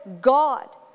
God